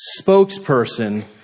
spokesperson